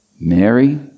Mary